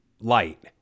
light